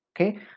Okay